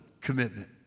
commitment